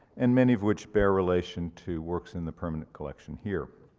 and many of which bear relation to works in the permanent collection here.